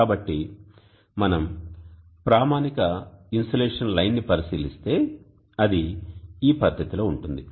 కాబట్టి మనం ప్రామాణిక ఇన్సోలేషన్ లైన్ని పరిశీలిస్తే అది ఈ పద్ధతిలో ఉంటుంది